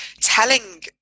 telling